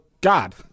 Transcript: God